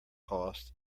costs